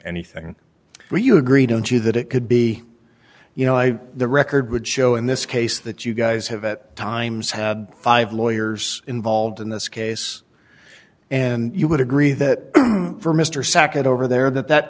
anything do you agree don't you that it could be you know i the record would show in this case that you guys have at times had five lawyers involved in this case and you would agree that for mr sackett over there that that